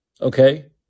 okay